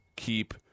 keep